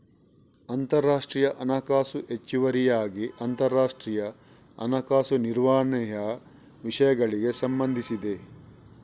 ಅಂತರರಾಷ್ಟ್ರೀಯ ಹಣಕಾಸು ಹೆಚ್ಚುವರಿಯಾಗಿ ಅಂತರರಾಷ್ಟ್ರೀಯ ಹಣಕಾಸು ನಿರ್ವಹಣೆಯ ವಿಷಯಗಳಿಗೆ ಸಂಬಂಧಿಸಿದೆ